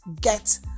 get